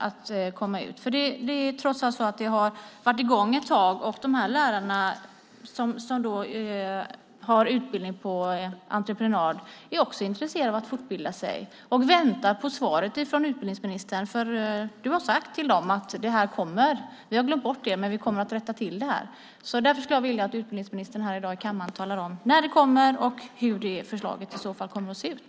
Detta har trots allt varit i gång ett tag, och de lärare som bedriver utbildning på entreprenad är också intresserade av att fortbilda sig och väntar på svaret från utbildningsministern. Du har sagt till dem att detta kommer, att ni hade glömt dem men att ni kommer att rätta till detta. Därför skulle jag vilja att utbildningsministern här i dag i kammaren talade om när detta kommer och hur det förslaget i så fall kommer att se ut.